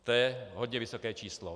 To je hodně vysoké číslo.